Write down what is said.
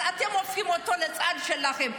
אבל אתם הופכים אותו לצד שלכם.